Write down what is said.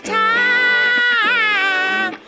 time